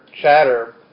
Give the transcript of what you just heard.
chatter